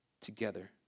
together